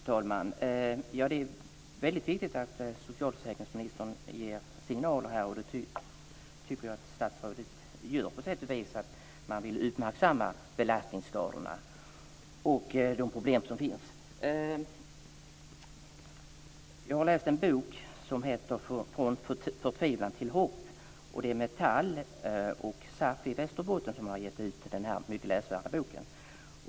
Herr talman! Det är viktigt att socialförsäkringsministern ger signaler här, och det tycker jag att statsrådet gör på sätt och vis eftersom hon vill uppmärksamma problemen med belastningsskadorna. Jag har läst en bok som heter Från förtvivlan till hopp. Det är Metall och SAF i Västerbotten som har gett ut denna mycket läsvärda bok.